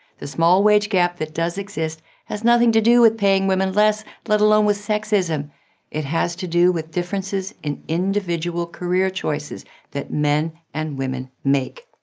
the small wage gap that does exist has nothing to do with paying women less, let alone with sexism it has to do with differences in individual career choices that men and women make.